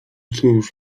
cóż